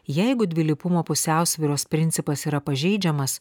jeigu dvilypumo pusiausvyros principas yra pažeidžiamas